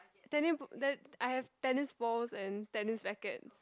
tenni~ ba~ I have tennis balls and tennis rackets